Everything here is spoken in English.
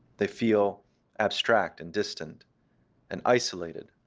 they feel abstract and distant and isolated,